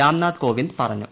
Ramnath Kovind ്പറഞ്ഞു